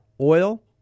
Oil